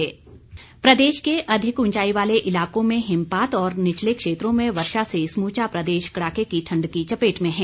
मौसम प्रदेश के अधिक उंचाई वाले इलाकों में हिमपात और निचले क्षेत्रों में वर्षा से समूचा प्रदेश कड़ाके की ठंड की चपेट में है